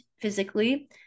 physically